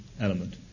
element